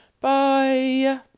Bye